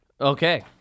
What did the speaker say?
Okay